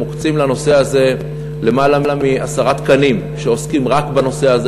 מוקצים לנושא הזה למעלה מעשרה תקנים שעוסקים רק בנושא הזה,